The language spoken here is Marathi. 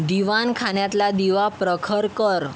दिवाणखान्यातला दिवा प्रखर कर